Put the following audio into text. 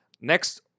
Next